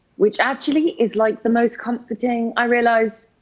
which actually is, like, the most comforting, i realize.